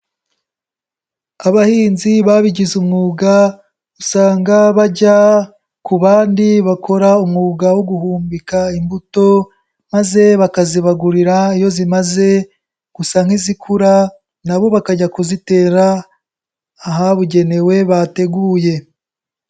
Abahinzi babigize umwuga usanga bajya ku bandi bakora umwuga wo guhumbika imbuto maze bakazibagurira iyo zimaze gusa nk'izikura na bo bakajya kuzitera ahabugenewe bateguye.